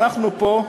אנחנו פה.